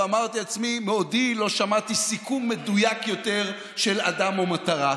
ואמרתי לעצמי: מעודי לא שמעתי סיכום מדויק יותר של אדם או מטרה.